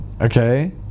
okay